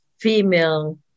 female